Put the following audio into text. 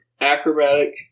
acrobatic